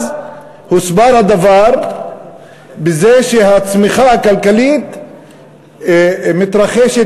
אז הדבר הוסבר בזה שהצמיחה הכלכלית מתרחשת